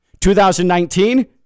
2019